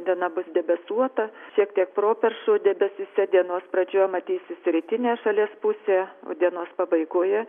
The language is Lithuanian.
diena bus debesuota šiek tiek properšų debesyse dienos pradžioje matysis rytinė šalies pusė o dienos pabaigoje